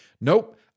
nope